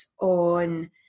on